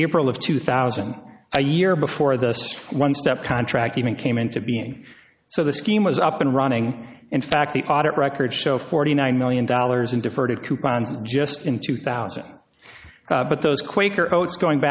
april of two thousand a year before this one step contract even came into being so the scheme was up and running in fact the audit records show forty nine million dollars in deferred coupons just in two thousand but those quaker oats going